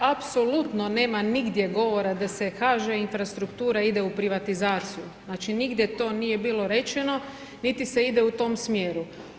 Dakle apsolutno nema nigdje govora da se HŽ infrastruktura ide u privatizaciju, znači nigdje to nije bilo rečeno, niti se ide u tom smjeru.